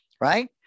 right